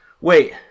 wait